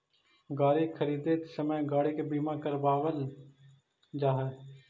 गाड़ी खरीदित समय गाड़ी के बीमा करावल जा हई